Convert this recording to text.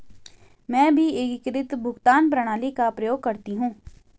मैं भी एकीकृत भुगतान प्रणाली का प्रयोग करती हूं